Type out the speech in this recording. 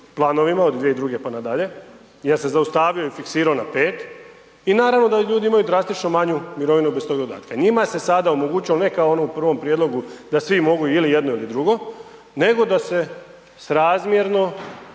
od 2002. pa nadalje jer se zaustavljao i fiksirao na 5 i naravno da ljudi imaju drastično manju mirovinu bez tog dodatka. I njima se sada omogućilo ne kao ono u prvom prijedlogu da svi mogu ili jedno ili drugo nego da se srazmjerno